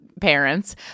parents